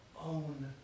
own